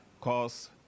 cause